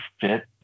fit